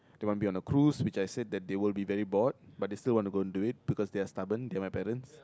they want to be on cruise which I said that they will be very bored but they still want to go and do it because they are very stubborn they are my parents